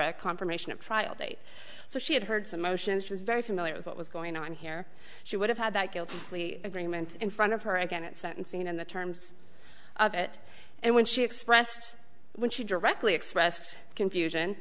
a confirmation of trial date so she had heard some motions was very familiar with what was going on here she would have had that guilty plea agreement in front of her again at sentencing and the terms of it and when she expressed when she directly expressed confusion